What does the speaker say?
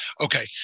Okay